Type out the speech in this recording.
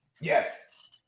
Yes